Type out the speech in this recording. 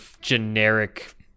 generic